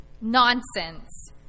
Nonsense